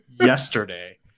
yesterday